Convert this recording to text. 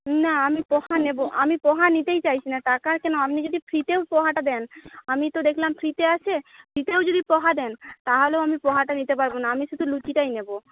না আমি পোহা নেব আমি পোহা নিতেই চাইছি না তার কারণ কেন আপনি যদি ফ্রিতেও পোহাটা দেন আমি তো দেখলাম ফ্রিতে আছে ফ্রিতেও যদি পোহা দেন তাহালেও আমি পোহাটা নিতে পারবো না আমি শুধু লুচিটাই নেব